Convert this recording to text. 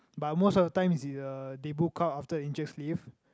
but most of the time is either they book out after Enciks leave